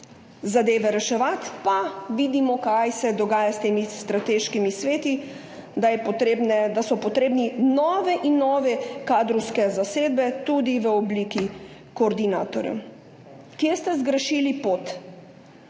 zadeve. Pa vidimo, kaj se dogaja s temi strateškimi sveti, da so potrebne nove in nove kadrovske zasedbe, tudi v obliki koordinatorjev. Kje ste zgrešili pot?